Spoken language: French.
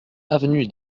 avenue